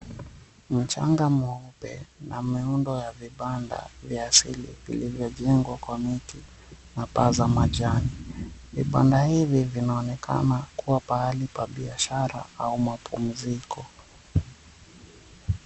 Mchanga mweupe na miundo ya vibanda ya asili iliyojengwa kwa miti na paa za majani. Vibanda hivi vinaonekana kuwa pahali pa biashara au mapumziko.